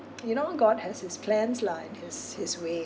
you know god has his plans lah and his his way